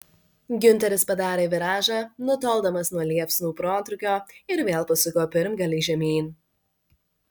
giunteris padarė viražą nutoldamas nuo liepsnų protrūkio ir vėl pasuko pirmgalį žemyn